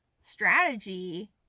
strategy